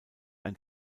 ein